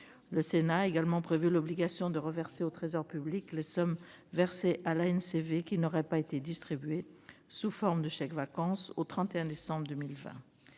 Le Sénat a également prévu l'obligation de reverser au Trésor public les sommes versées à l'ANCV qui n'auraient pas été distribuées sous forme de chèques-vacances au 31 décembre 2020.